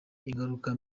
ingaruka